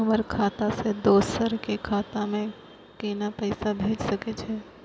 हमर खाता से दोसर के खाता में केना पैसा भेज सके छे?